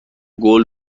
قول